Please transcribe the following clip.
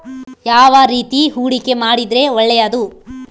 ಯಾವ ರೇತಿ ಹೂಡಿಕೆ ಮಾಡಿದ್ರೆ ಒಳ್ಳೆಯದು?